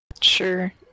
Sure